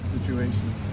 situation